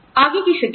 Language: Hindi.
आगे की शिक्षा